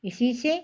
इसी से